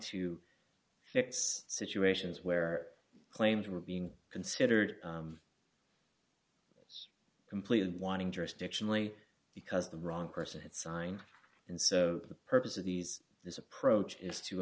to fix situations where claims were being considered completely wanting jurisdictionally because the wrong person had signed and so the purpose of these this approach is to